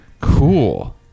Cool